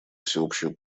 всеобщую